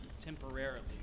temporarily